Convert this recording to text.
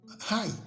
hi